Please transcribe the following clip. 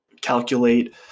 calculate